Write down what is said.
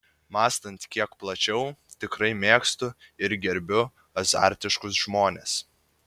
mąstant kiek plačiau tikrai mėgstu ir gerbiu azartiškus žmones